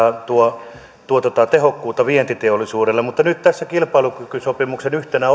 tuo tehokkuutta vientiteollisuudelle nyt kun tässä kilpailukykysopimuksen yhtenä